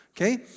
okay